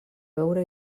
veure